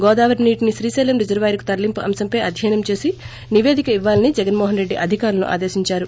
గోదావరి నీటిని శ్రీశైలం రిజర్వాయర్కు తరలింపు అంశంపై అధ్యయనం చేసి నిపేదిక ఇవ్వాలని జగన్మోహన్రెడ్డి అధికారులను ఆదేశించారు